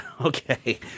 Okay